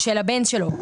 או של הבן שלו,